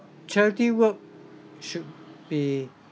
charity work should be